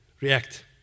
react